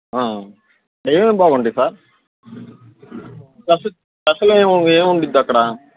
ఏమేమి బాగుంటాయి sir special స్పెషల్లో ఏమి ఉంటుందక్కడ